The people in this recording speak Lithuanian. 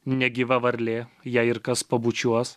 negyva varlė jei ir kas pabučiuos